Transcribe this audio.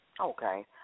Okay